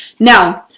now.